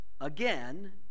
again